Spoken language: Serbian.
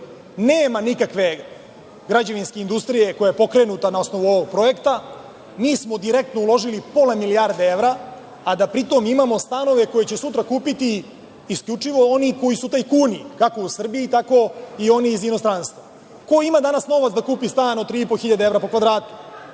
Nema nikakve građevinske industrije koja je pokrenuta na osnovu ovog projekta. Mi smo direktno uložili pola milijarde evra, a da pri tom imamo stanove koje će sutra kupiti isključivo oni koji su tajkuni, kako u Srbiji tako i oni iz inostranstva. Ko ima danas novac da kupi stan od 3.500 evra po kvadratu?